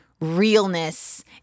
realness